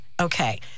okay